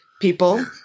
people